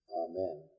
Amen